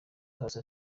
paccy